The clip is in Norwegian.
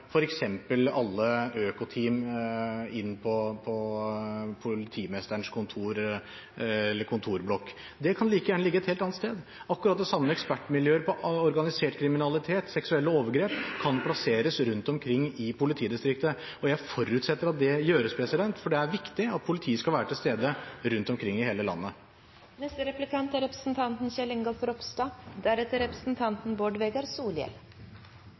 f.eks. alle økoteam inne på politimesterens kontor eller kontorblokk. Det kan like gjerne ligge et helt annet sted, akkurat som miljøer med eksperter på organisert kriminalitet og seksuelle overgrep kan plasseres rundt omkring i politidistriktet. Jeg forutsetter at det gjøres, for det er viktig at politiet skal være til stede rundt omkring i hele landet.